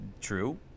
True